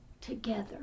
together